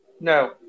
No